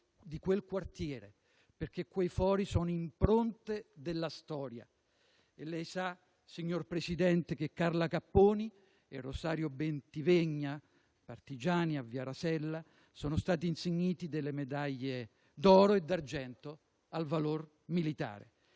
di quel quartiere, perché quei fori sono impronte della storia. Lei sa, signor Presidente, che Carla Capponi e Rosario Bentivegna, partigiani a via Rasella, sono stati insigniti delle medaglie d'oro e d'argento al valor militare.